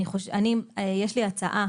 יש לי הצעה.